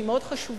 שהיא מאוד חשובה,